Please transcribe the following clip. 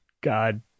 God